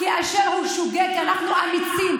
כי אנחנו ערכיים.